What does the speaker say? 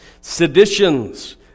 Seditions